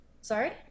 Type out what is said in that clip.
Sorry